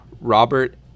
Robert